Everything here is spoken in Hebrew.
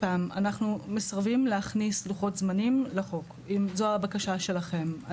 אנחנו מסרבים להכניס לוחות זמניים לחוק אם זו הבקשה שלכם.